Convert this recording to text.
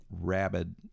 rabid